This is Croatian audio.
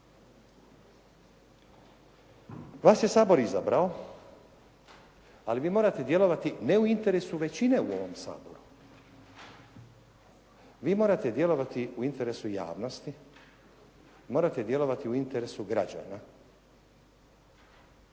Vas je Sabor izabrao, ali vi morate djelovati ne u interesu većine u ovom Saboru, vi morate djelovati u interesu javnosti, morate djelovati u interesu građana.